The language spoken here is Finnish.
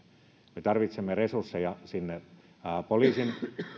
me tarvitsemme resursseja poliisin